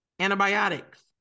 antibiotics